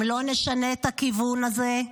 אם לא נשנה את הכיוון הזה,